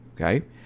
Okay